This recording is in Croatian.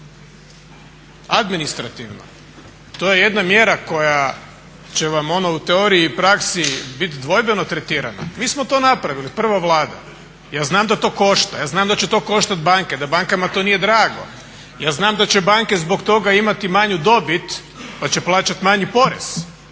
administrativno to je jedna mjera koja će vam ono u teoriji i praksi biti dvojbeno tretirana. Mi smo to napravili, prva Vlada. Ja znam da to košta, ja znam da će to koštati banke, da bankama to nije drago i ja znam da će banke zbog toga imati manju dobit, da će plaćati manji porez.